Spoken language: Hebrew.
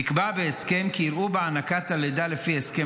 נקבע בהסכם כי יראו במענק הלידה לפי הסכם